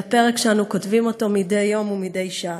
אלא פרק שאנו כותבים אותו מדי יום ומדי שעה.